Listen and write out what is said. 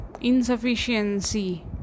insufficiency